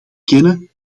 kennen